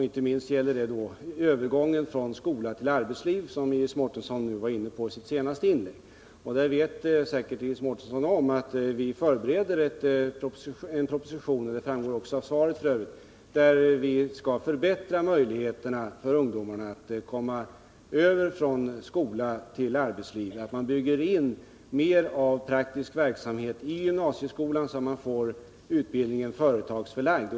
Inte minst gäller detta vår strävan att underlätta ungdomarnas övergång från skola till arbetsliv, vilket Iris Mårtensson var inne på i sitt senaste inlägg. Som Iris Mårtensson säkert känner till — det framgår f. ö. också av mitt svar — förbereder vi en proposition med förslag till förbättringar på det området, innebärande att man bygger in mer av praktisk verksamhet i gymnasieskolan och gör utbildningen företagsförlagd.